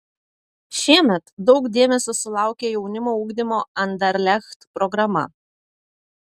šiemet daug dėmesio sulaukė jaunimo ugdymo anderlecht programa